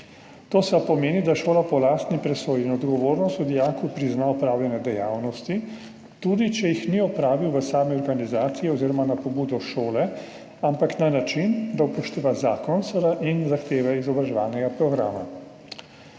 To pomeni, da šola po lastni presoji in odgovornosti dijaku prizna opravljanje dejavnosti, tudi če jih ni opravil v sami organizaciji oziroma na pobudo šole, ampak na način, da seveda upošteva zakon in zahteve izobraževalnega programa.